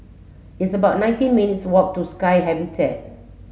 it's about nineteen minutes' walk to Sky Habitat